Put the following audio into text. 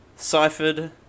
ciphered